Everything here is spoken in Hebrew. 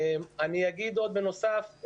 בנוסף.